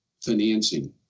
financing